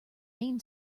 main